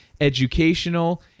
educational